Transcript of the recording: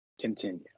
continue